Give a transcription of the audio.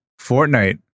Fortnite